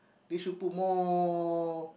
be should put more